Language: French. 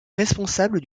responsable